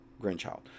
grandchild